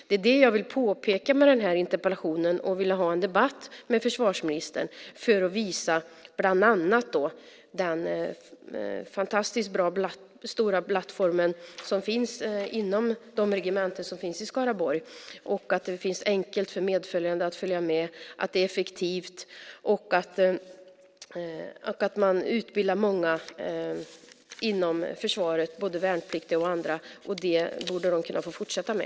Det är det som jag med den här interpellationen vill peka på. Jag vill ha en debatt med försvarsministern för att visa bland annat på den stora plattform som finns inom regementena i Skaraborg. Det är enkelt för medföljande, och det är effektivt. Vidare utbildar man många, både värnpliktiga och andra, inom försvaret. Det borde man kunna få fortsätta med.